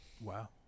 Wow